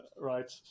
right